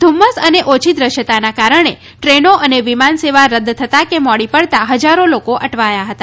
ધુમ્મસ અને ઓછી દ્રશ્યતાને કારણે ટ્રેનો અને વિમાન સેવા રદ થતા કે મોડી પડતા હજારો લોકો અટવાયા હતા